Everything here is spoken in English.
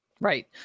Right